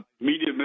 media